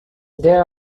there